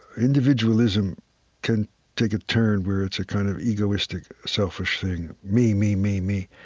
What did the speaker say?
individualism can take a turn where it's a kind of egoistic, selfish thing me, me, me, me,